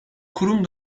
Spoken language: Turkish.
kurum